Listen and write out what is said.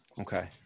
Okay